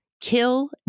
Kill